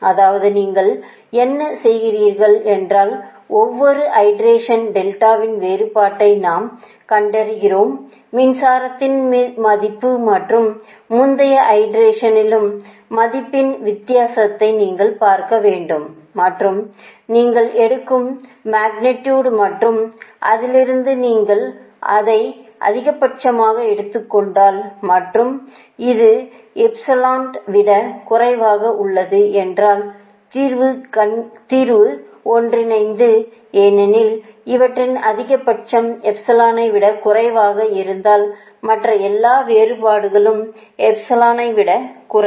அதாவது நீங்கள் என்ன செய்கிறீர்கள் என்றால் ஒவ்வொரு ஐட்ரேஷன் டெல்டாவின் வேறுபாட்டை நாம் கண்டறிந்துள்ளோம் மின்சாரத்தின் மதிப்பு மற்றும் முந்தைய ஐட்ரேஷனிலும் மதிப்பின் வித்தியாசத்தை நீங்கள் பார்க்க வேண்டும் மற்றும் நீங்கள் எடுக்கும் மேக்னிடியுடு மற்றும் அதிலிருந்து நீங்கள் இதை அதிகபட்சமாக எடுத்துக் கொண்டால் மற்றும் அது எப்சிலானை விட குறைவாக உள்ளது என்றால் தீர்வு ஒன்றிணைந்தது ஏனெனில் இவற்றில் அதிகபட்சம் எப்சிலானை விட குறைவாக இருந்தால் மற்ற எல்லா வேறுபாடுகளும் எப்சிலனை விடக் குறைவு